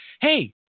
hey